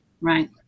Right